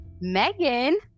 Megan